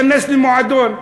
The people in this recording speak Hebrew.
להיכנס למועדון.